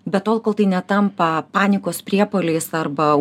bet tol kol tai netampa panikos priepuoliais arba